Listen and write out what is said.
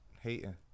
hating